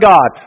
God